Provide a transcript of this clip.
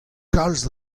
kalz